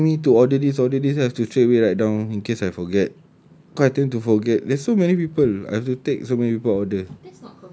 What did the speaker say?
keep asking me to order this order this then have to straightaway write down in case I forget cause I tend to forget there's so many people I have to take so many people's order